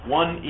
one